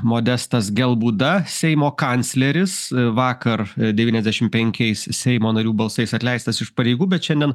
modestas gelbūda seimo kancleris vakar devyniasdešimt penkiais seimo narių balsais atleistas iš pareigų bet šiandien